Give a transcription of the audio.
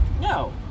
No